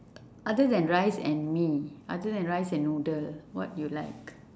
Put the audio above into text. o~ other than rice and mee other than rice and noodle what you like